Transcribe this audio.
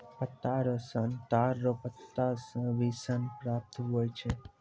पत्ता रो सन ताड़ रो पत्ता से भी सन प्राप्त हुवै छै